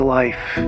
life